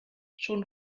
schon